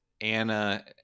Anna